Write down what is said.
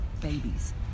babies